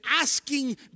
asking